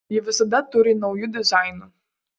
ji visada turi naujų dizainų